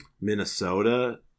Minnesota